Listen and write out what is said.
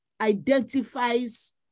identifies